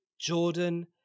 Jordan